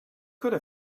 could